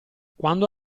quando